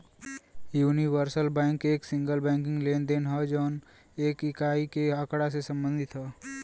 universal bank एक single banking लेनदेन हौ जौन एक इकाई के आँकड़ा से संबंधित हौ